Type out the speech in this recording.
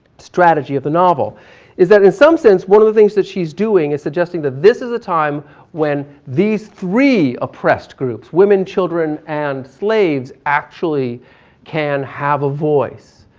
strategy of the novel is that in some sense one of the things she's doing is suggesting that this is a time when these three oppressed groups, women, children and slaves actually can have a voice.